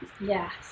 Yes